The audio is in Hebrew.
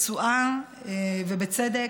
לרצועה, ובצדק.